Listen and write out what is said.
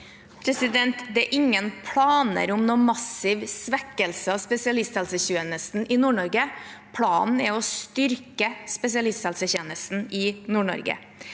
Det er ingen planer om noen massiv svekkelse av spesialisthelsetjenesten i Nord-Norge. Planen er å styrke spesialisthelsetjenesten i Nord-Norge.